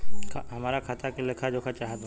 हमरा खाता के लेख जोखा चाहत बा?